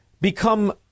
become